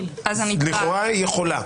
לכאורה היא יכולה.